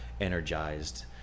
energized